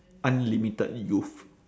unlimited youth